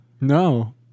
No